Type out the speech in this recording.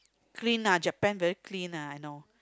clean lah Japan very clean lah I know